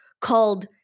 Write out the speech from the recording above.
called